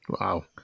Wow